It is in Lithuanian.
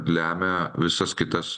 lemia visas kitas